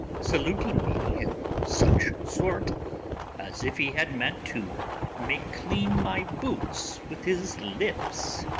saluting me in such sort as if he had meant to make clean my boots with his lips